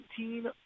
19